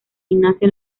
ignacio